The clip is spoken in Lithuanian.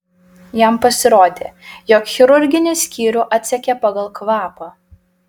jam pasirodė jog chirurginį skyrių atsekė pagal kvapą